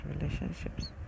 relationships